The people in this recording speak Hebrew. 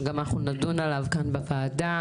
שגם אנחנו נדון עליו כאן בוועדה.